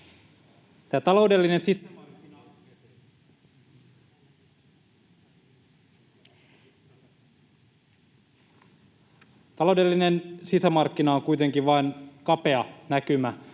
Taloudellinen sisämarkkina on kuitenkin vain kapea näkymä